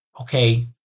okay